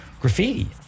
graffiti